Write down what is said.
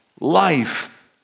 life